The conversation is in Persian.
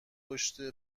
پشت